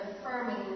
affirming